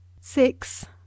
six